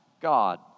God